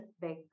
big